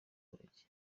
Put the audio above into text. baturage